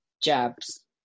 jabs